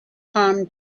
palm